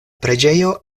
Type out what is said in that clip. preĝejo